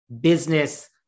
business